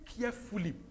carefully